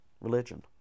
Religion